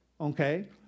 Okay